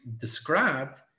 described